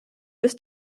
this